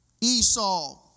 Esau